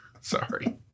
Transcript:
Sorry